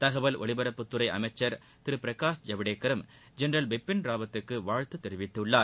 தகவல் ஒலிபரப்புத்துறை அமைச்ச் திரு பிரகாஷ் ஜவடேக்கரும் ஜெனரல் பிபின் ராவத்துக்கு வாழ்த்து தெரிவித்துள்ளார்